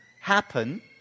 happen